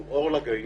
אנחנו אור לגויים.